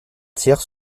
entières